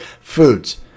foods